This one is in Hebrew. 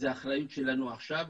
אז זו אחריות שלנו עכשיו,